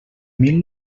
mil